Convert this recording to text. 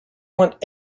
want